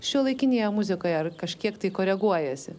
šiuolaikinėje muzikoje ar kažkiek koreguojasi